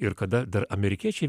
ir kada dar amerikiečiai